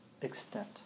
extent